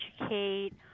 educate